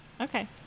okay